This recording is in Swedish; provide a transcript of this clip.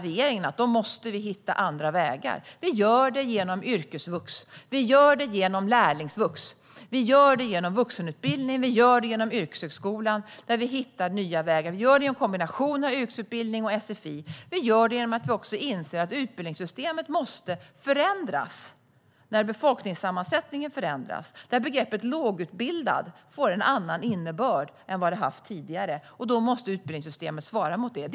Regeringen menar att andra vägar måste hittas, genom yrkesvux, lärlingsvux, vuxenutbildning, yrkeshögskolan och i en kombination av yrkesutbildning och sfi, genom att inse att utbildningssystemet måste förändras när befolkningssammansättningen förändras. Begreppet lågutbildad ska få en annan innebörd än tidigare. Utbildningssystemet måste svara mot det.